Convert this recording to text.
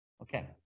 Okay